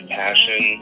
passion